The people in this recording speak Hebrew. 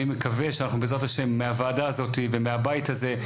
אני מקווה שאנחנו בעזרת ה' מהוועדה הזאתי ומהבית הזה,